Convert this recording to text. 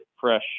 fresh